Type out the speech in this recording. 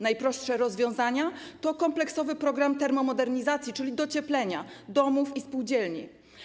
Najprostsze rozwiązania to kompleksowy program termomodernizacji, czyli docieplenia domów i spółdzielni.